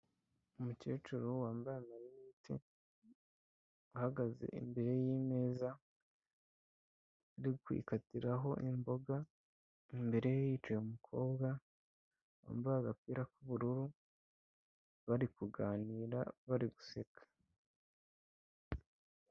Umukecuru wambaye amarinete, ahagaze imbere yimeza, ari kwikatiraho imboga imbere ye yicaye umukobwa wambaye agapira k'ubururu bari kuganira bari guseka.